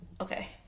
okay